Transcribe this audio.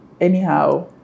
anyhow